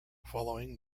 following